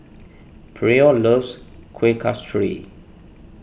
Pryor loves Kuih Kasturi